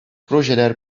projeler